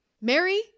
Mary